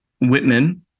Whitman